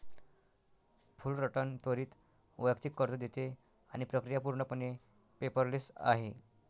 Fullerton त्वरित वैयक्तिक कर्ज देते आणि प्रक्रिया पूर्णपणे पेपरलेस आहे